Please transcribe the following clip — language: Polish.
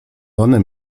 one